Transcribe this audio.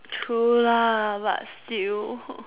true lah but still